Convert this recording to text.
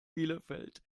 bielefeld